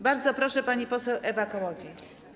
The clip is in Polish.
Bardzo proszę, pani poseł Ewa Kołodziej.